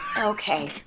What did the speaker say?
Okay